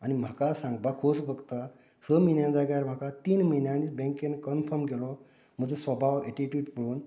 आनी म्हाका सांगपाक खोस भोगता स म्हयन्यांनी जाग्यार म्हाका तीन म्हयन्यांनी बँकेन कनफर्म केलो म्हजो सभाव एटीट्यूड पळोन